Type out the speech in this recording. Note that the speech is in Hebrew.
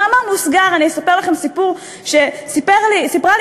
במאמר מוסגר אני אספר לכם סיפור שסיפרה לי